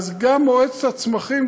אז גם מועצת הצמחים,